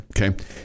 Okay